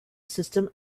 system